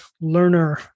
learner